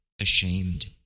ashamed